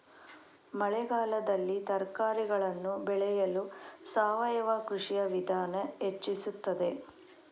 ಮಳೆಗಾಲದಲ್ಲಿ ತರಕಾರಿಗಳನ್ನು ಬೆಳೆಯಲು ಸಾವಯವ ಕೃಷಿಯ ವಿಧಾನ ಹೆಚ್ಚಿಸುತ್ತದೆ?